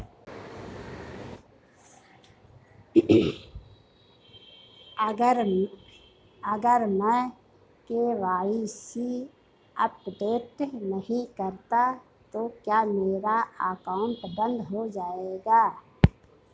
अगर मैं KYC update नहीं करता तो क्या मेरा अकाउंट बंद हो जाएगा?